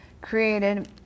created